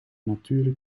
natuurlijk